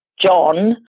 John